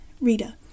Rita